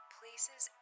Places